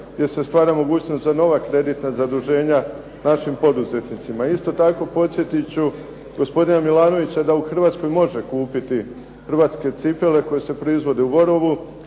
gdje se stvara mogućnost za nova kreditna zaduženja našim poduzetnicima. Isto tako, podsjetiti ću gospodina Milanovića da u Hrvatskoj može kupiti hrvatske cipele koje se proizvode u Borovu,